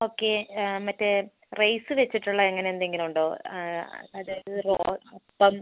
okay മറ്റേ rice വെച്ചിട്ടുള്ള അങ്ങനെ എന്തെങ്കിലും ഉണ്ടോ അതായത് അപ്പം